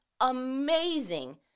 amazing